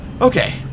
Okay